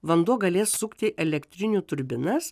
vanduo gali sukti elektrinių turbinas